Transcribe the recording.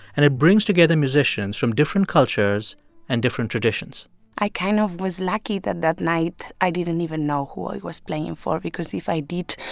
and it brings together musicians from different cultures and different traditions i kind of was lucky that that night, i didn't even know who i was playing for because if i did,